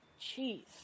Jeez